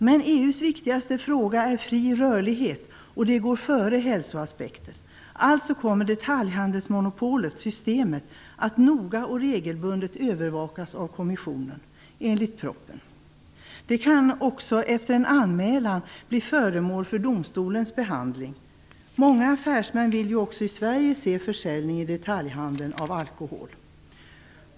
Men EU:s viktigaste fråga är fri rörlighet, och det går före hälsoaspekten. Alltså kommer enligt propositionen detaljhandelsmonopolet, Systemet, att noga och regelbundet övervakas av kommissionen. Det kan också efter en anmälan bli föremål för domstolens behandling. Många affärsmän vill ju också i Sverige se försäljning i detaljhandeln av alkohol.